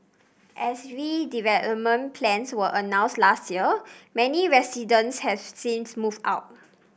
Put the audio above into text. as redevelopment plans were announced last year many residents have since moved out